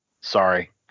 Sorry